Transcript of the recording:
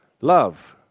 Love